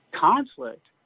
conflict